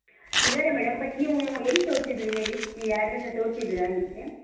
ಇದ್ದಾರೆ madam but ನೀವು ಎಲ್ಲಿ ತೋರಿಸಿದ್ರಿ ಹೇಳಿ ನೀವು ಯಾರಿಗಾದ್ರೂ ತೋರಿಸಿದ್ರಾ ಹಿಂದೆ